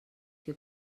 que